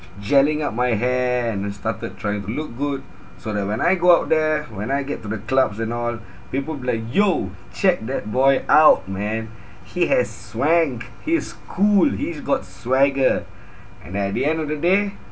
gelling up my hair and then started trying to look good so that when I go out there when I get to the clubs and all people will be like yo check that boy out man he has swank he's cool he's got swagger and then at the end of the day